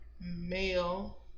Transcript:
Male